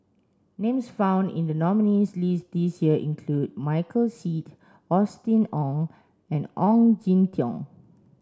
names found in the nominees' list this year include Michael Seet Austen Ong and Ong Jin Teong